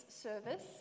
service